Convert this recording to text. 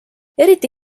eriti